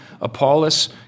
Apollos